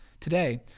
Today